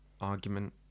argument